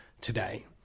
today